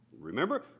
Remember